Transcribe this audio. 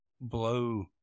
blow